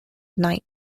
knight